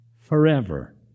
forever